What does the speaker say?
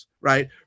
right